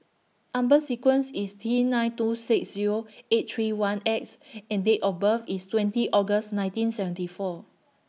Number sequence IS T nine two six Zero eight three one X and Date of birth IS twenty August nineteen seventy four